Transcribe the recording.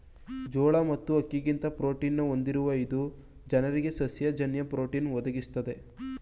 ಜೋಳ ಮತ್ತು ಅಕ್ಕಿಗಿಂತ ಪ್ರೋಟೀನ ಹೊಂದಿರುವ ಇದು ಜನರಿಗೆ ಸಸ್ಯ ಜನ್ಯ ಪ್ರೋಟೀನ್ ಒದಗಿಸ್ತದೆ